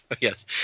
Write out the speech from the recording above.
Yes